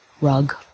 rug